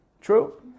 True